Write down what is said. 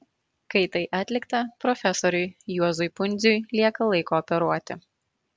kai tai atlikta profesoriui juozui pundziui lieka laiko operuoti